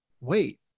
wait